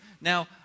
Now